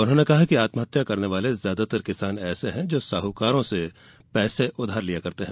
उन्होंने कहा कि आत्महत्या करने वाले ज्यादातर किसान ऐसे हैं जो साहकारों से पैसा उधार लेते हैं